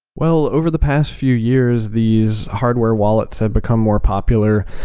well, over the past few years, these hardware wallets have become more popular,